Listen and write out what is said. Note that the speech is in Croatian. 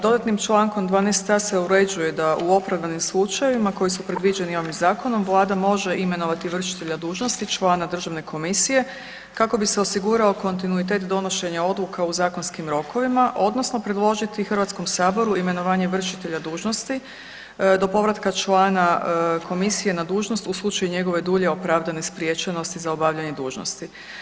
Dodatnim čl. 12. a) se uređuje da u opravdanim slučajevima koji su predviđenim ovim zakonom, Vlada može imenovati vršitelja dužnosti, člana Državne komisije kako bi se osigurao kontinuitet donošenja odluka u zakonskim rokovima odnosno predložiti Hrvatskom saboru imenovanje vršitelja dužnosti do povratka člana komisije na dužnost u slučaju njegove dulje opravdane spriječenosti za obavljanje dužnosti.